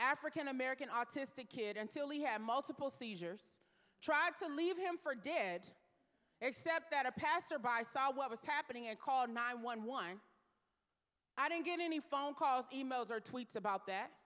african american autistic kid until he had multiple seizures try to leave him for dead except that a passer by saw what was happening and called nine one one i didn't get any phone calls emails or tweets about that